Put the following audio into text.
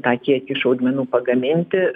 tą kiekį šaudmenų pagaminti